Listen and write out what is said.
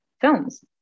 films